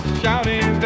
shouting